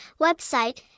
Website